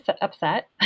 upset